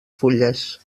fulles